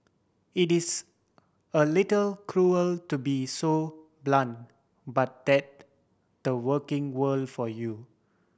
it is a little cruel to be so blunt but that the working world for you